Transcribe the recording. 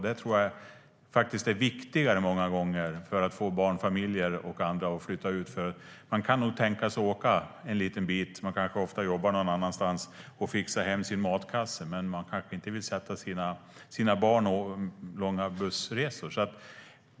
Det tror jag faktiskt många gånger är viktigare för att få barnfamiljer och andra att flytta ut. Man kan nog tänka sig att åka en liten bit - man jobbar kanske ofta någon annanstans - och fixa hem sin matkasse, men man kanske inte vill sätta sina barn på långa bussresor.